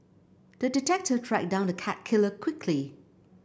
the detective tracked down the cat killer quickly